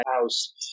house